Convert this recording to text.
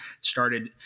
started